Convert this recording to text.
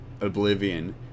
oblivion